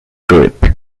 grip